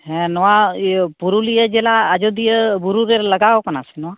ᱦᱮᱸ ᱱᱚᱣᱟ ᱯᱩᱨᱩᱞᱤᱭᱟᱹ ᱡᱮᱞᱟ ᱟᱡᱚᱫᱤᱭᱟᱹ ᱵᱩᱨᱩ ᱨᱮ ᱞᱟᱜᱟᱣᱟᱠᱟᱱᱟ ᱥᱮ ᱱᱚᱣᱟ